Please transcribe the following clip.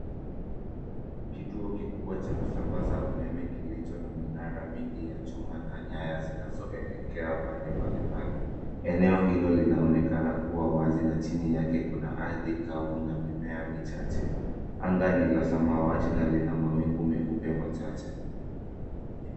Kituo kikubwa cha kusambaza umeme kilicho na minara mingi ya chuma na nyaya zinazoelekea pande mbalimbali. Eneo hilo linaonekana kuwa wazi na chini yake kuna ardhi kavu na mimea michache. Anga ni la samawati na lina mawingu meupe machache.